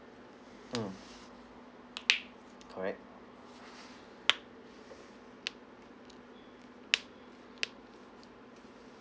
mm correct